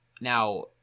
Now